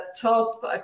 top